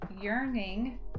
yearning